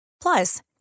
Plus